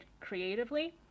creatively